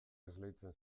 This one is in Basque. esleitzen